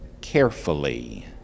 carefully